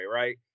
right